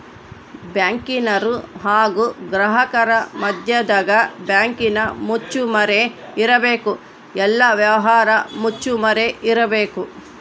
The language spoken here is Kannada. ಬ್ಯಾಂಕಿನರು ಹಾಗು ಗ್ರಾಹಕರ ಮದ್ಯದಗ ಬ್ಯಾಂಕಿನ ಮುಚ್ಚುಮರೆ ಇರಬೇಕು, ಎಲ್ಲ ವ್ಯವಹಾರ ಮುಚ್ಚುಮರೆ ಇರಬೇಕು